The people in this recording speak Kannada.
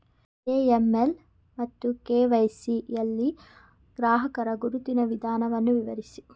ಎ.ಎಂ.ಎಲ್ ಮತ್ತು ಕೆ.ವೈ.ಸಿ ಯಲ್ಲಿ ಗ್ರಾಹಕರ ಗುರುತಿನ ವಿಧಾನವನ್ನು ವಿವರಿಸಿ?